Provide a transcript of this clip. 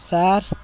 sir